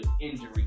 injury